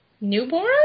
newborn